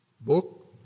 book